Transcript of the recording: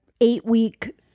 eight-week